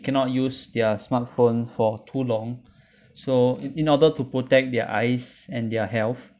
cannot use their smartphone for too long so in order to protect their eyes and their health